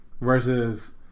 Versus